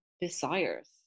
desires